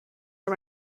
are